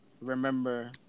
remember